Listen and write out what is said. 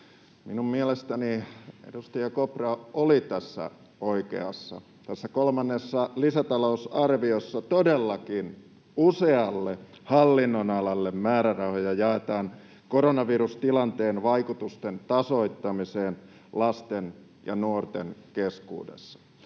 Minun mielestäni edustaja Kopra oli tässä oikeassa. Tässä kolmannessa lisätalousarviossa todellakin usealle hallinnonalalle määrärahoja jaetaan koronavirustilanteen vaikutusten tasoittamiseen lasten ja nuorten keskuudessa.